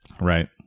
Right